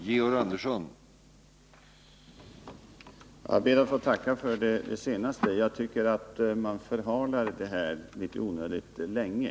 Herr talman! Jag ber att få tacka för det senaste beskedet. Jag tycker att man förhalar det hela litet onödigt länge.